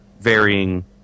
varying